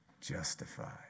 justified